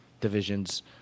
divisions